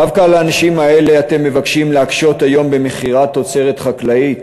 דווקא על האנשים האלה אתם מבקשים להקשות היום במכירת תוצרת חקלאית?